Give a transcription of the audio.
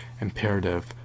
imperative